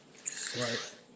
Right